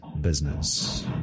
business